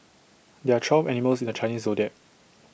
there are twelve animals in the Chinese Zodiac